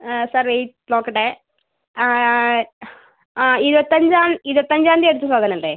ആ sir weight നോക്കട്ടേ ആ ഇരുപത്തഞ്ചാം ഇരുപത്തഞ്ചാം തീയ്യതി അടിച്ച സാധനമല്ലേ